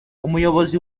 umuyobozi